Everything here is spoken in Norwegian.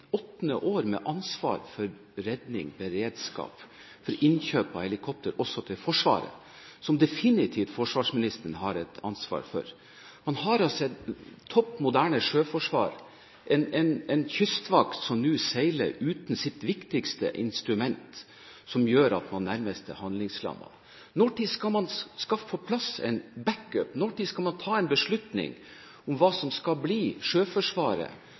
åttende år med ansvar for redning, for beredskap, for innkjøp av helikoptre også til Forsvaret, som forsvarsministeren definitivt har et ansvar for. Man har et topp moderne sjøforsvar, man har en kystvakt som nå seiler uten sitt viktigste instrument, som gjør at den nærmest er handlingslammet. Når skal man få på plass en «backup»? Når skal man ta en beslutning om hva som skal bli